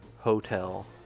Hotel